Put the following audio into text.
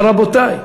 אבל, רבותי,